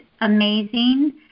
amazing